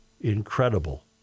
incredible